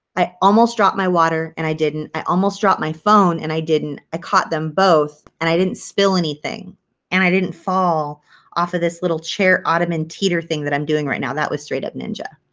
i almost dropped my water and i didn't. i almost dropped my phone and i didn't. i ah caught them both and i didn't spill anything and i didn't fall off of this little chair ottoman titer thing that i'm doing right now. that was straight-up ninja.